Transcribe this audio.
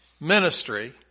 ministry